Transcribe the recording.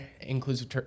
inclusive